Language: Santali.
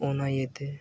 ᱚᱱᱟ ᱤᱭᱟᱹᱛᱮ